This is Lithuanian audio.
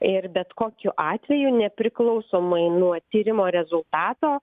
ir bet kokiu atveju nepriklausomai nuo tyrimo rezultato